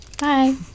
bye